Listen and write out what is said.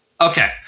Okay